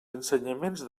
ensenyaments